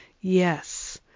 Yes